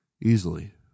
Easily